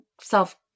self